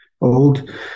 old